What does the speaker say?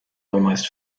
almost